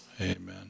amen